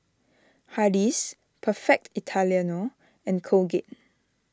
Hardy's Perfect Italiano and Colgate